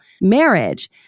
marriage